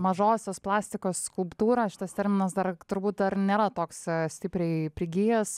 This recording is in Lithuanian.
mažosios plastikos skulptūra šitas terminas dar turbūt dar nėra toks stipriai prigijęs